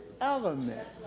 element